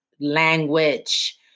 language